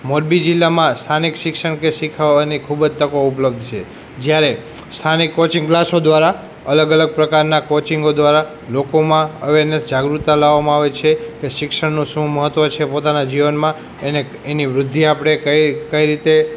મોરબી જિલ્લામાં સ્થાનિક શિક્ષણ કે શીખવવાની ખૂબ જ તકો ઉપલબ્ધ છે જયારે સ્થાનિક કોચિંંગ કલાસ દ્વારા અલગ અલગ પ્રકારનાં કોચિંગો દ્વારા લોકોમાં અવૅરનેસ જાગૃતતા લાવવામાં આવે છે કે શિક્ષણનું શું મહત્ત્વ છે પોતાનાં જીવનમાં એને એની વૃદ્ધિ આપણે કઈ કઈ રીતે